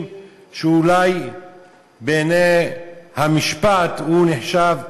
שהוא אולי בעיני המשפט הוא נחשב פליליסט,